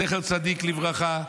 זכר צדיק לברכה,